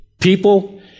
people